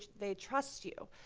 they trust you.